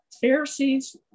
Pharisees